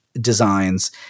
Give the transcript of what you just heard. designs